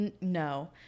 no